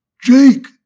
Jake